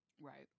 right